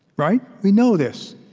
right? we know this.